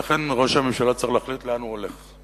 לכן ראש הממשלה צריך להחליט לאן הוא הולך,